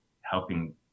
Helping